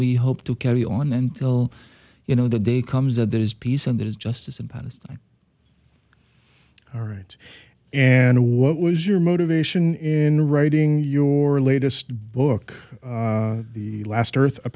we hope to carry on until you know the day comes that there is peace and there is justice in palestine all right and what was your motivation in writing your latest book the last